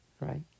Right